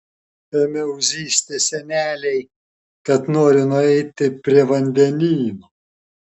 ėmiau zyzti senelei kad noriu nueiti prie vandenyno